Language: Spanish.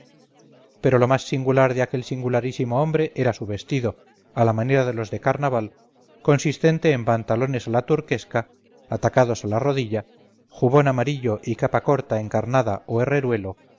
pero lo más singular de aquel singularísimo hombre era su vestido a la manera de los de carnaval consistente en pantalones a la turquesca atacados a la rodilla jubón amarillo y capa corta encarnada o